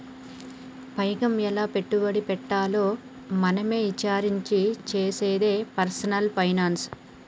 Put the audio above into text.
పైకం ఎలా పెట్టుబడి పెట్టాలో మనమే ఇచారించి చేసేదే పర్సనల్ ఫైనాన్స్